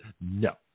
No